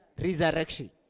resurrection